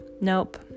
Nope